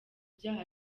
byaha